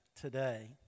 today